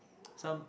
some